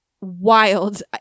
wild